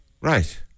Right